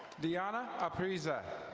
deanna apreeza.